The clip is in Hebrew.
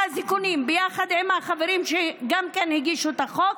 ביחד עם החברים שגם הגישו את החוק,